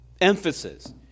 emphasis